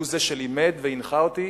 הוא זה שלימד והנחה אותי,